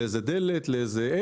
לדלת או לעץ.